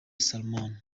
salomon